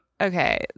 okay